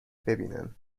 ببینن